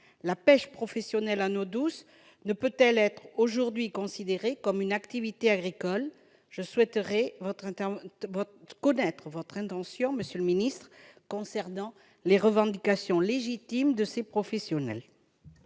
La pêche professionnelle en eau douce ne peut-elle être aujourd'hui considérée comme une activité agricole ? Je souhaiterais connaître votre intention, monsieur le ministre, concernant les revendications légitimes de ces professionnels.